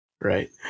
right